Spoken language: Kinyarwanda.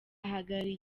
ahagarariye